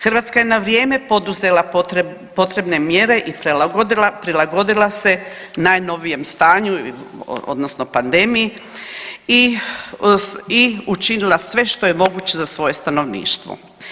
Hrvatska je na vrijeme poduzela potrebne mjere i prilagodila se najnovijem stanju odnosno pandemiji i učinila sve što je moguće za svoje stanovništvo.